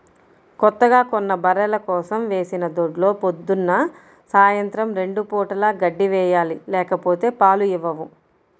కొత్తగా కొన్న బర్రెల కోసం వేసిన దొడ్లో పొద్దున్న, సాయంత్రం రెండు పూటలా గడ్డి వేయాలి లేకపోతే పాలు ఇవ్వవు